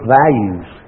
values